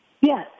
Yes